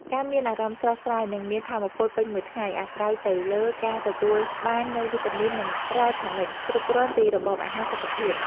ការមានអារម្មណ៍ស្រស់ស្រាយនិងមានថាមពលពេញមួយថ្ងៃអាស្រ័យទៅលើការទទួលបាននូវវីតាមីននិងរ៉ែខនិកគ្រប់គ្រាន់ពីរបបអាហារសុខភាព។